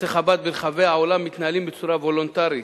בתי-חב"ד ברחבי העולם מתנהלים בצורה וולונטרית.